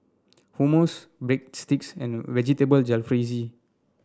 Hummus Breadsticks and Vegetable Jalfrezi